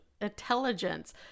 intelligence